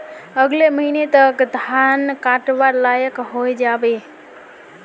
अगले महीने तक धान कटवार लायक हई जा बे